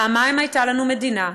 פעמיים הייתה לנו מדינה.